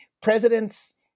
Presidents